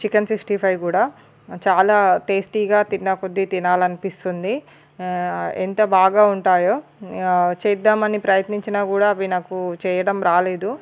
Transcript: chicken sixty five కూడా చాలా టేస్టీగా తిన్నా కొద్ది తినాలనిపిస్తుంది ఎంత బాగా ఉంటాయో చేద్దామని ప్రయత్నించినా కూడా అవి నాకు చేయడం రాలేదు